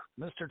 Mr